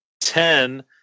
Ten